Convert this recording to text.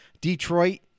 Detroit